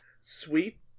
sweet